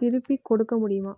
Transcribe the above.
திருப்பிக் கொடுக்க முடியுமா